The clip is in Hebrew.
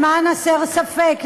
למען הסר ספק,